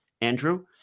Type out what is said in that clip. Andrew